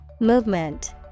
Movement